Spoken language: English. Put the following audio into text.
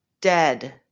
dead